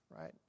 right